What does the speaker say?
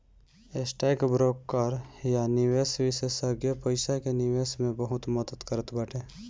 stock broker या निवेश विषेशज्ञ पईसा के निवेश मे मदद करत बाटे